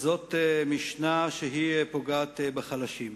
משנה שפוגעת בחלשים.